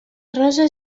rosa